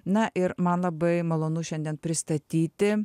na ir man labai malonu šiandien pristatyti